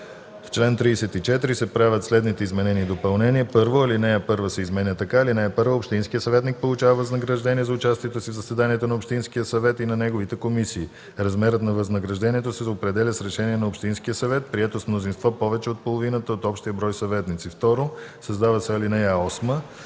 в чл. 34 се правят следните изменения и допълнения: 1. Алинея 1 се изменя така: „(1) Общинският съветник получава възнаграждение за участието си в заседанията на общинския съвет и на неговите комисии. Размерът на възнаграждението се определя с решение на общинския съвет, прието с мнозинство повече от половината от общия брой съветници. 2. Създава се ал.